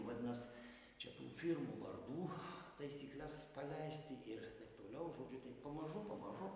vadinas čia tų firmų vardų taisykles paleisti ir taip toliau žodžiu pamažu pamažu